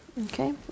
Okay